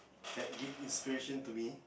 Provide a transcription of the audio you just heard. like give inspiration to me